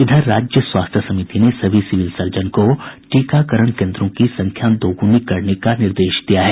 इधर राज्य स्वास्थ्य समिति ने सभी सिविल सर्जन को टीकाकरण केन्द्रों की संख्या दोगुनी करने का निर्देश दिया है